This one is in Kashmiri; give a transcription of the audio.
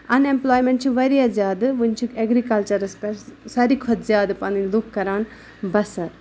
اَن اٮ۪مپلایمٮ۪نٛٹ چھِ واریاہ زیادٕ وٕنۍ چھِکھ اٮ۪گرِکَلچَرَس پٮ۪ٹھ ساری کھۄتہٕ زیادٕ پَنٕںۍ لُکھ کَران بسر